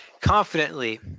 Confidently